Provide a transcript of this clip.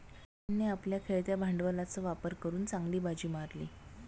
लखनने आपल्या खेळत्या भांडवलाचा वापर करून चांगली बाजी मारली